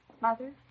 Mother